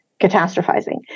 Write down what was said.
catastrophizing